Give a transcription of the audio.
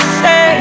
say